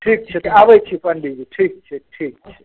ठीक छै तऽ आबै छी पण्डिजी ठीक छै ठीक छै